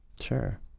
Sure